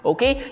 Okay